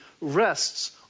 rests